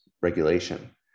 regulation